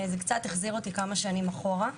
זה קצת החזיר אותי כמה שנים אחורה.